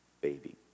baby